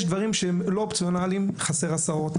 יש דברים שהם לא אופציונליים חסר הסעות,